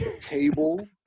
table